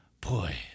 boy